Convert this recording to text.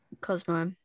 Cosmo